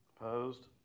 Opposed